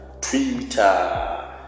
Twitter